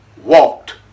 walked